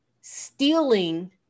stealing